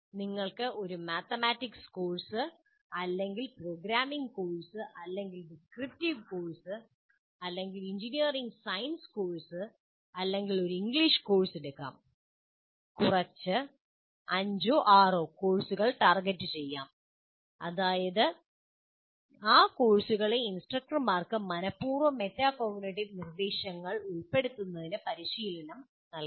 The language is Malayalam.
നിങ്ങൾക്ക് ഒരു mathematics course programming course descriptive course engineering science course അല്ലെങ്കിൽ ഒരു ഇംഗ്ലീഷ് കോഴ്സ് എടുക്കാം കുറച്ച് കോഴ്സുകൾ ടാർഗെറ്റുചെയ്യാം അതായത് ആ കോഴ്സുകളിലെ ഇൻസ്ട്രക്ടർമാർക്ക് മനഃപൂർവ്വം മെറ്റാകോഗ്നിറ്റീവ് നിർദ്ദേശങ്ങൾ ഉൾപ്പെടുത്തുന്നതിന് പരിശീലനം നൽകണം